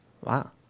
Wow